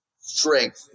strength